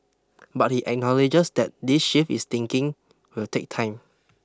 but he acknowledges that this shift is thinking will take time